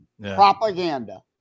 propaganda